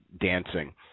dancing